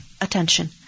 attention